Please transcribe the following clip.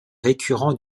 récurrents